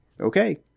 Okay